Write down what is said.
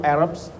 Arabs